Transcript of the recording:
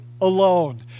alone